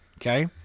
okay